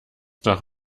doch